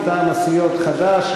מטעם הסיעות חד"ש,